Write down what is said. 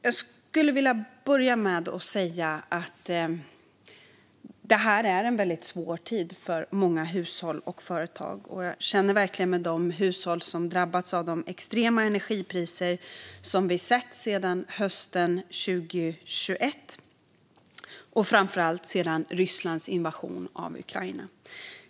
Jag vill börja med att säga att det här är en väldigt svår tid för många hushåll och företag. Jag känner verkligen med de hushåll som drabbats av de extrema energipriser vi sett sedan hösten 2021 och framför allt sedan Rysslands invasion av Ukraina.